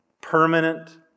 permanent